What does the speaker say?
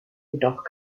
jedoch